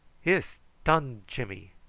hiss! tunned jimmy.